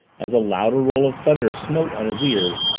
as a louder roll of thunder smote on his ears,